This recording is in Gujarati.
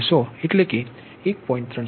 6100 1